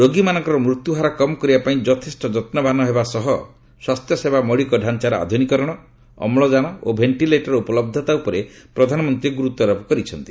ରୋଗୀମାନଙ୍କର ମୃତ୍ୟୁହାର କମ୍ କରିବା ପାଇଁ ଯଥେଷ୍ଟ ଯତ୍ନବାନ ହେବା ସହ ସ୍ୱାସ୍ଥ୍ୟସେବା ମୌଳିକ ଢାଞ୍ଚାର ଆଧୁନୀକରଣ ଅମ୍ଳକାନ ଓ ଭେଷ୍ଟିଲେଟର ଉପଲହ୍ଧତା ଉପରେ ପ୍ରଧାନମନ୍ତ୍ରୀ ଗୁରୁତ୍ୱାରୋପ କରିଛନ୍ତି